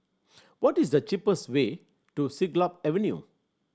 what is the cheapest way to Siglap Avenue